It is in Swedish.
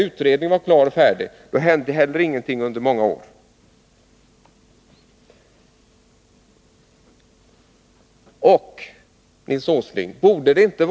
Inte heller hände det någonting under många år efter det att utredningen hade blivit klar.